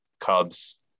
Cubs